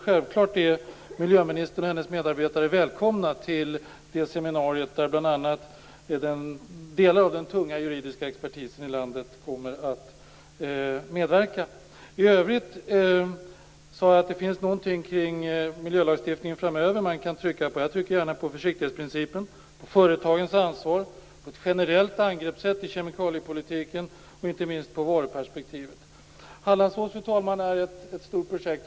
Självklart är miljöministern och hennes medarbetare välkomna till det seminariet, där bl.a. delar av landets tunga expertis kommer att medverka. I övrigt finns det, som sagt, några saker i miljölagstiftningen att framöver trycka på. Jag trycker då gärna på försiktighetsprincipen, på företagens ansvar, på detta med ett generellt angreppssätt i kemikaliepolitiken och, inte minst, på varuperspektivet. Fru talman! Hallandsåsen är ett stort projekt.